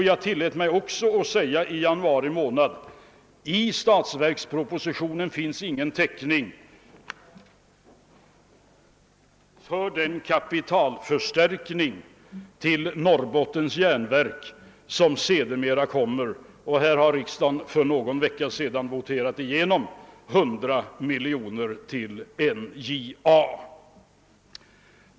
Jag tillät mig också att säga i januari, att det i statsverkspropositionen inte fanns någon täckning för den kapitalförstärkning till Norrbottens järnverk som sedermera skulle komma att föreslås; för någon vecka sedan voterade riksdagen igenom 100 miljoner kronor till NJA.